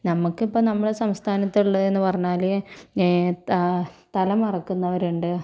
നമുക്കിപ്പോൾ നമ്മുടെ സംസ്ഥാനത്തുള്ളതെന്ന് പറഞ്ഞാല് ത തല മറയ്ക്കുന്നവരുണ്ട്